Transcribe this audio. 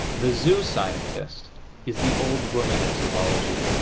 the zoo scientist is the old woman of zoology,